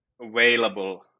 available